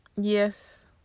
Yes